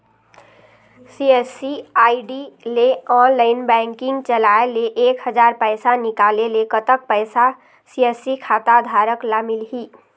CSC ID ले online banking चलाए ले एक हजार पैसा निकाले ले कतक पैसा सी.एस.सी खाता धारक ला मिलही?